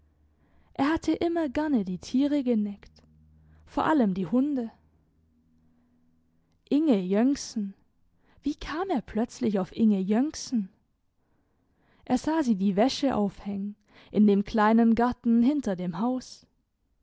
er hatte immer gerne die tiere geneckt vor allem die hunde inge jönksen wie kam er plötzlich auf inge jönksen er sah sie die wäsche aufhängen in dem kleinen garten hinter dem haus